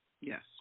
Yes